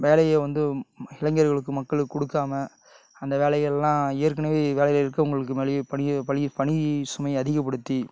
வேலையை வந்து இளைஞர்களுக்கு மக்களுக்கு கொடுக்காம அந்த வேலையெல்லாம் ஏற்கனவே வேலையில் இருக்கவங்களுக்கு மேலேயே பணிய பலி பணி சுமையை அதிகப்படுத்தி